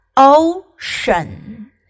Ocean